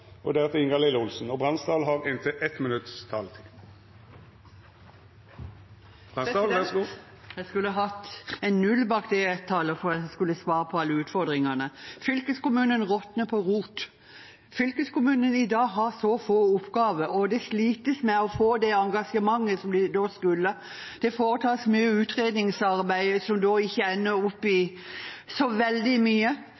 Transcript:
og får ordet til ein kort merknad, avgrensa til 1 minutt. Jeg skulle hatt en null bak det ett-tallet for å svare på alle utfordringene. Fylkeskommunen råtner på rot. Fylkeskommunen har i dag få oppgaver, og det slites med å få det engasjementet en skulle hatt. Det foretas mye utredningsarbeid som ikke ender opp i så veldig mye.